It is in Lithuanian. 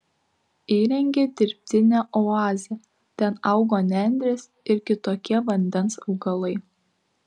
įrengė dirbtinę oazę ten augo nendrės ir kitokie vandens augalai